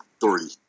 three